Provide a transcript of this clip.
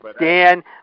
Dan